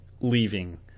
leaving